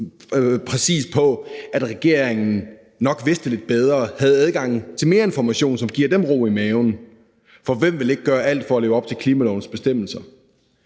præcis håbet på, at regeringen nok vidste lidt bedre, havde adgang til mere information, som giver dem ro i maven, for hvem ville ikke gøre alt for at leve op til klimalovens bestemmelser?